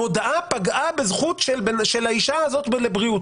המודעה פגעה בזכות של האישה הזאת לבריאות.